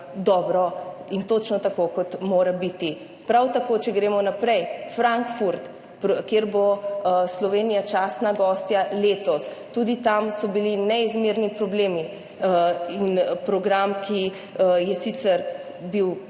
in točno tako, kot mora biti. Prav tako, če gremo naprej, Frankfurt, kjer bo Slovenija častna gostja letos. Tudi tam so bili neizmerni problemi in program, ki je sicer bil